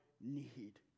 need